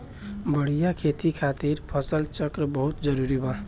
बढ़िया खेती खातिर फसल चक्र बहुत जरुरी बा